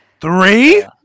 three